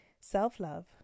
Self-love